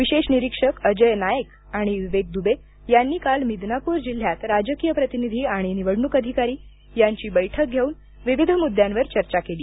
विशेष निरीक्षक अजय नाएक आणि विवेक दुबे यांनी काल मिदनापूर जिल्ह्यात राजकीय प्रतिनिधी आणि निवडणूक अधिकारी यांची बैठक घेऊन विविध मुद्द्यांवर चर्चा केली